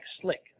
Slick